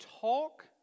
talk